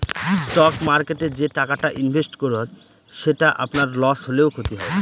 stock মার্কেটে যে টাকাটা ইনভেস্ট করুন সেটা আপনার লস হলেও ক্ষতি হয় না